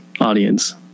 audience